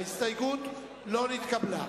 ההסתייגות לא נתקבלה.